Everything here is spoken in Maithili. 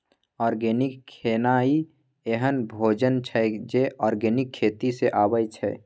आर्गेनिक खेनाइ एहन भोजन छै जे आर्गेनिक खेती सँ अबै छै